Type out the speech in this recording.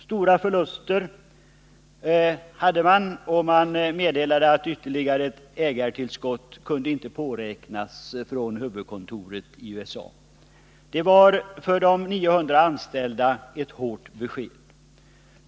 Man meddelade att man hade stora förluster och att ytterligare ägartillskott inte kunde påräknas från huvudkontoret i USA. För de 900 anställda var detta ett hårt besked.